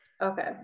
okay